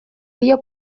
dio